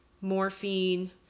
morphine